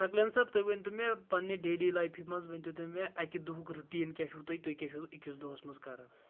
آ سقلین صٲب تُہۍ ؤنۍ تو مےٚ پنٕنہِ ڈیلی لایفہِ منٛز ؤنۍ تَو تُہۍ مےٚ اَکہِ دۄہُک رُٹیٖن کیاہ چھُو تُہۍ تُہۍ کیٛاہ چھُو أکِس دۄہَس منٛز کَران